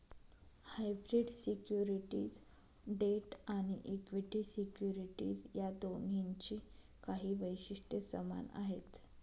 hybrid securities debt आणि equity securities या दोन्हींची काही वैशिष्ट्ये समान आहेत